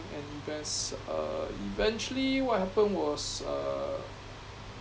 and there's uh eventually what happened was uh